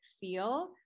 feel